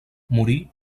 morí